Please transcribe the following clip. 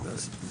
תודה לכולם,